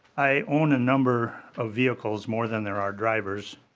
i own a number of vehicles more than there are drivers.